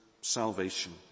salvation